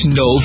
no